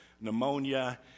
pneumonia